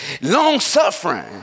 long-suffering